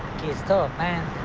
kids tough, man.